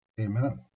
Amen